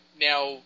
Now